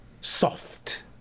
soft